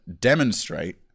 demonstrate